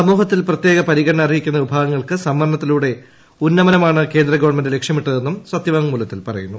സമൂഹത്തിൽ പ്രത്യേക പരിഗണന അർഹിക്കുന്ന വിഭാഗങ്ങൾക്ക് സംവരണത്തിലൂടെ ഉന്നമനമാണ് കേന്ദ്ര ഗവൺമെന്റ് ലക്ഷ്യമിട്ടതെന്നും സത്യവാങ്മൂലത്തിൽ പറയുന്നു